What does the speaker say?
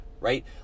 right